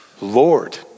Lord